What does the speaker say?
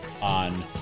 on